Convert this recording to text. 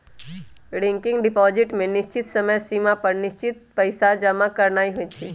recurring deposit में निश्चित समय सिमा पर निश्चित पइसा जमा करानाइ होइ छइ